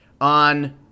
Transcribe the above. on